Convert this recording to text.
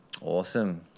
Awesome